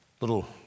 little